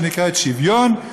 "שוויון",